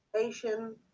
Asian